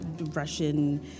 Russian